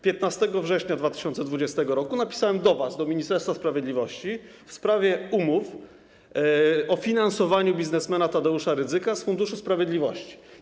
15 września 2020 r. napisałem do was, do Ministerstwa Sprawiedliwości, w sprawie umów o finansowaniu biznesmena Tadeusza Rydzyka z Funduszu Sprawiedliwości.